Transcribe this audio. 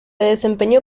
desempeñó